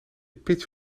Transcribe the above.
pitch